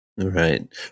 Right